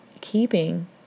keeping